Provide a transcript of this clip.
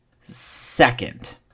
Second